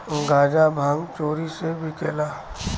गांजा भांग चोरी से बिकेला